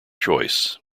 choice